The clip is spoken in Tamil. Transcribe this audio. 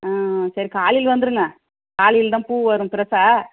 ஆ சரி காலையில் வந்துருங்க காலையில் தான் பூ வரும் ஃப்ரெஷ்ஷாக